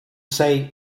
say